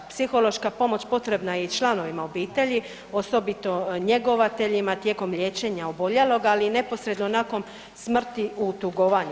Psihološka pomoć potrebna je i članovima obitelji osobito njegovateljima tijekom liječenja oboljelog, ali i neposredno nakon smrti u tugovanju.